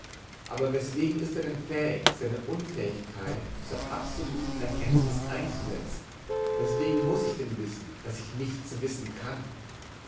aber weswegen ist er denn fähig seine unfähigkeit zur absoluten erkenntnis einzusehen weswegen muß ich denn wissen daß ich nichts wissen kann